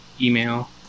email